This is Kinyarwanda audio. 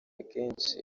kenshi